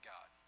God